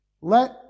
Let